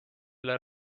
üle